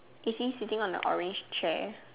is he sitting on the orange chair